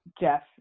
Jeff